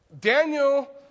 Daniel